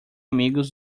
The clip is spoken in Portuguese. amigos